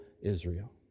Israel